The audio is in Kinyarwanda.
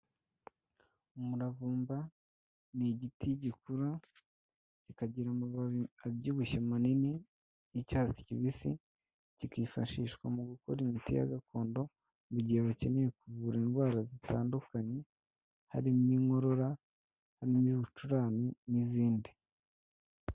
Umuravumba ni igiti gikura kikagira amababi abyibushye manini y'icyatsi kibisi, kikifashishwa mu gukora imiti ya gakondo mu gihe bakeneye kuvura indwara zitandukanye, harimo inkorora harimo ibicurane n'izindi.